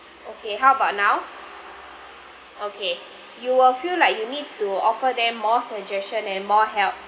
okay how about now okay you will feel like you need to offer them more suggestion and more help